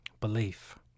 belief